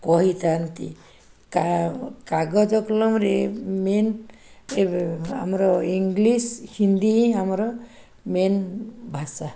କହିଥାଆନ୍ତି କାଗଜ କଲମରେ ମେନ୍ ଏ ଆମର ଇଂଲିଶ୍ ହିନ୍ଦୀ ହିଁ ଆମର ମେନ୍ ଭାଷା